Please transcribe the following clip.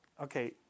Okay